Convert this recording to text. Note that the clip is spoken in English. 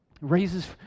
raises